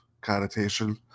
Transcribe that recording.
connotation